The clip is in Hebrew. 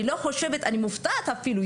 אני מופתעת אפילו,